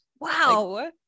Wow